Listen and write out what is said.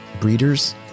Breeders